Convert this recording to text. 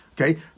Okay